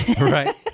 Right